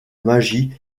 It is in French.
magie